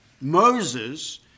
Moses